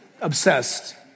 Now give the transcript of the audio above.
Obsessed